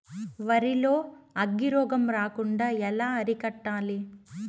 వరి లో అగ్గి రోగం రాకుండా ఎలా అరికట్టాలి?